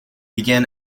began